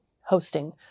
hosting